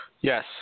Yes